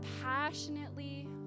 passionately